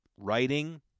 writing